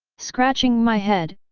scratching my head,